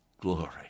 Glory